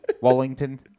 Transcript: Wallington